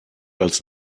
als